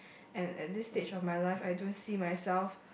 and at this stage of my life I don't see myself